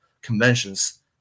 conventions